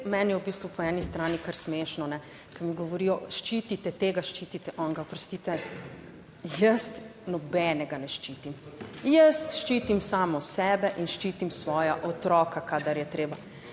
v bistvu po eni strani kar smešno, ko mi govorijo, ščitite tega, ščitite onega. Oprostite, jaz nobenega ne ščitim, jaz ščitim samo sebe in ščitim svoja otroka, kadar je treba.